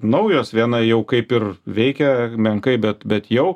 naujos viena jau kaip ir veikia menkai bet bet jau